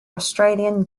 australian